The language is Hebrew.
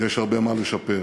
יש הרבה מה לשפר,